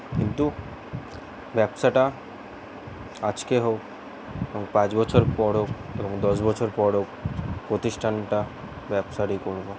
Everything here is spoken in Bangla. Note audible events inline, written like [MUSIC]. কিন্তু ব্যবসাটা আজকে হোক [UNINTELLIGIBLE] পাঁচ বছর পর হোক [UNINTELLIGIBLE] দশ বছর পর হোক প্রতিষ্ঠানটা ব্যবসারই করব